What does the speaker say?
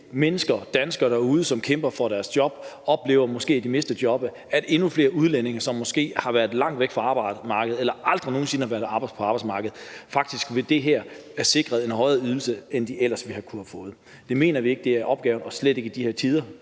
mennesker derude, danskere, som kæmper for deres job og måske oplever, at de mister jobbet, at endnu flere udlændinge, som måske har været langt væk fra arbejdsmarkedet eller aldrig nogen sinde har været på arbejdsmarkedet, ved det her er sikret en højere ydelse, end de ellers ville kunne have fået. Det mener vi ikke er opgaven og slet ikke i de her tider.